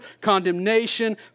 condemnation